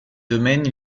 domaines